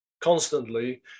constantly